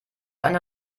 eine